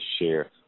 share